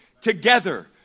together